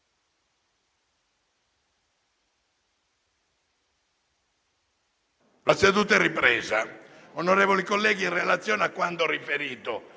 La seduta è sospesa.